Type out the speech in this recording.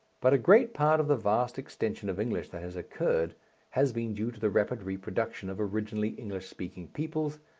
but a great part of the vast extension of english that has occurred has been due to the rapid reproduction of originally english-speaking peoples,